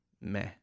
meh